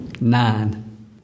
nine